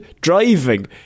driving